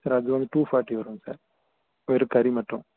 sir அது வந்து two forty வரும் சார் வெறும் கறி மட்டும்